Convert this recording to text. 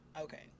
okay